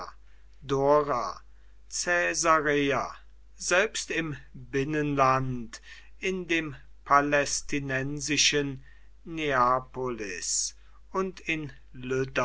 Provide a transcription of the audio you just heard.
selbst im binnenland in dem palästinensischen neapolis und in